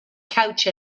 couch